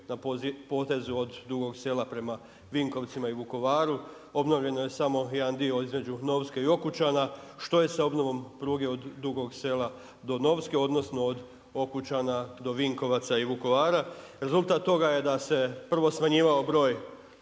na potezu od Dugog Sela prema Vinkovcima i Vukovaru. Obnovljeno je samo jedan dio između Novske i Okučana. Što je sa obnovom pruge od Dugog Sela do Novske, odnosno od Okučana do Vinkovaca i Vukovara. Rezultat toga je da se prvo smanjivao manji